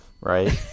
Right